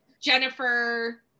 Jennifer